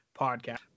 podcast